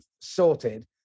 sorted